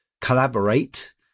collaborate